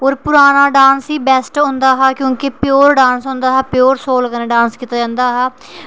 और पुराना डांस ही बेस्ट होंदा हा क्यूंकि प्योर डांस होंदा हा प्योर सोल कन्नै डांस कीत्ता जंदा हा